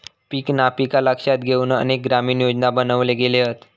पीक नापिकी लक्षात घेउन अनेक ग्रामीण योजना बनवले गेले हत